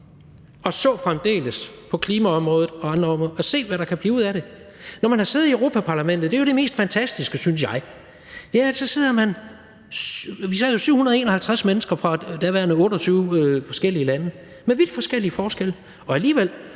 Og så fremdeles på klimaområdet og andre områder for at se, hvad der kan blive ud af det. Jeg har siddet i Europa-Parlamentet – det er jo det mest fantastiske, synes jeg – hvor vi sad 751 mennesker fra de dengang 28 forskellige lande med vidt forskellige opfattelser, og der